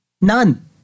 None